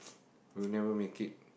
we will never make it